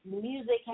music